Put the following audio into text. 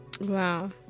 wow